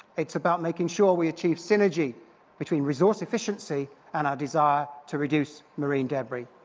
it's about making sure we achieve synergy between resource efficiency and our desire to reduce marine debris.